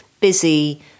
busy